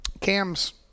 Cam's